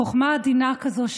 חוכמה עדינה כזאת,